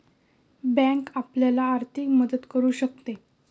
bank आपल्याला आर्थिक मदत करू शकते